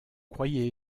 croyez